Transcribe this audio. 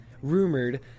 Rumored